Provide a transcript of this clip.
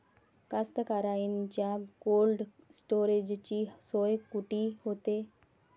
कास्तकाराइच्या कोल्ड स्टोरेजची सोय कुटी होते?